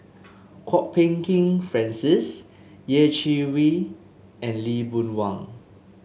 Kwok Peng Kin Francis Yeh Chi Wei and Lee Boon Wang